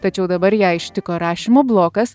tačiau dabar ją ištiko rašymo blokas